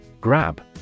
Grab